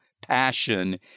passion